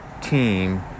team